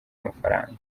mafaranga